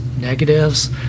negatives